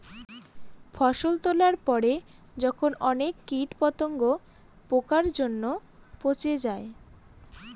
ফসল তোলার পরে যখন অনেক কীট পতঙ্গ, পোকার জন্য পচে যায়